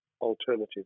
alternative